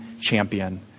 champion